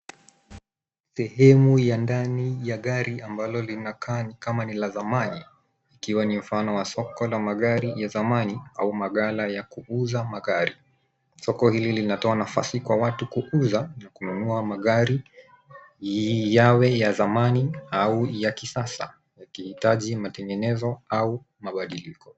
Sehemu ya ndani ya gari ambalo linakaa ni kama ni la zamani, ikiwa ni mfano wa soko ya magari ya zamani au maghala ya kuuza magari. Soko hili linatoa nafasi kwa watu kuuza na kununua magari, yawe ya zamani au ya kisasa, yakihitaji matengenezo au mabadiliko.